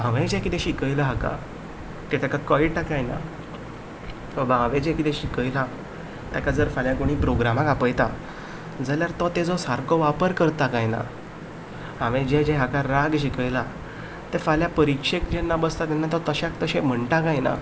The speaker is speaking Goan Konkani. हांवें जें किदें शिकयलां हाका तें तेका कळटा काय ना हांव जें शिकयलां ताका जर फाल्यां कोणी प्रोग्रामाक आपयता जाल्यार तो तेजो सारको वापर करता काय ना हांवें जे जे हेका राग शिकयला परिक्षेक बसता तेन्ना तश्याक तशे म्हणटा काय ना